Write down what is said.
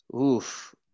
Oof